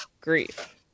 grief